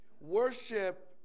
worship